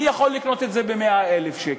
אני יכול לקנות את זה ב-100,000 שקל.